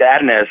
sadness